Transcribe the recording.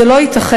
זה לא ייתכן,